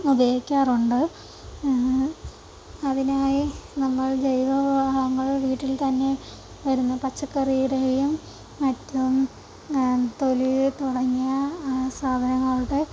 ഉപയോഗിക്കാറുണ്ട് അതിനായി നമ്മൾ ജൈവ വളങ്ങൾ വീട്ടിൽ തന്നെ വരുന്ന പച്ചക്കറിയുടെയും മറ്റും തൊലി തുടങ്ങിയ സാധനങ്ങളുടെ